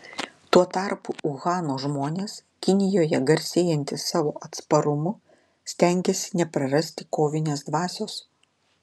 tuo tarpu uhano žmonės kinijoje garsėjantys savo atsparumu stengiasi neprarasti kovinės dvasios